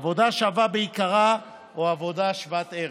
עבודה שווה בעיקרה או עבודה שוות ערך.